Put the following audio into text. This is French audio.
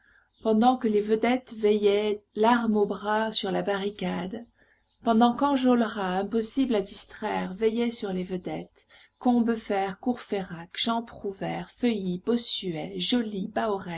pendant que les vedettes veillaient l'arme au bras sur la barricade pendant qu'enjolras impossible à distraire veillait sur les vedettes combeferre courfeyrac jean prouvaire feuilly bossuet joly